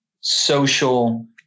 social